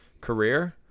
career